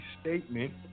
statement